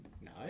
No